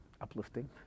uplifting